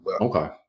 Okay